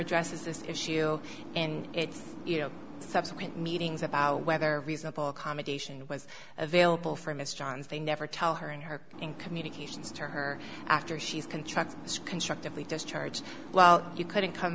addresses this issue and it's you know subsequent meetings about whether reasonable accommodation was available for mr johns they never tell her and her in communications to her after she's contracts constructively discharge well you couldn't come